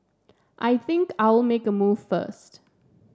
I think I'll make a move first